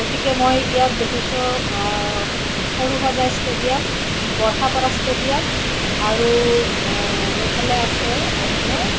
গতিকে মই ইয়াত দেখিছোঁ সৰুসজাই ষ্টেডিয়াম বৰ্ষাপাৰা ষ্টেডিয়াম আৰু এইফালে আছে আপোনাৰ